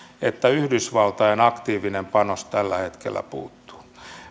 että yhdysvaltain aktiivinen panos tällä hetkellä puuttuu